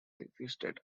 existed